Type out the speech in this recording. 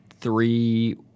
three